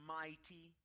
mighty